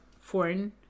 foreign